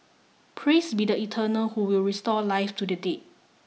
praise be the eternal who will restore life to the dead